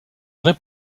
vraie